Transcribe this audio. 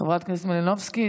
חברת הכנסת מלינובסקי,